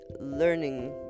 learning